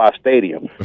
Stadium